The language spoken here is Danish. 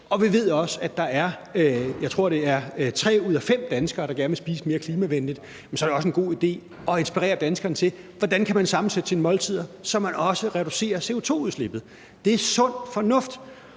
Og vi ved også, at der er vistnok tre ud af fem danskere, der gerne vil spise mere klimavenligt, og så er det også en god idé at inspirere danskerne til, hvordan man kan sammensætte sine måltider, så man også reducerer CO2-udslippet. Det er sund fornuft.